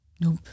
nope